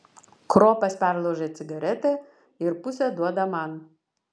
kropas perlaužia cigaretę ir pusę duoda man